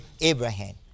Abraham